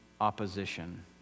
opposition